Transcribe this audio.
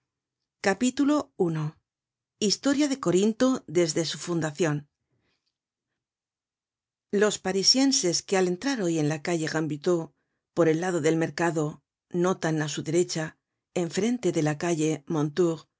at i historia de corinto desde su fundacion los parisienses que al entrar hoy en la calle rambuteau por el lado del mercado notan á su derecha en frente de la calle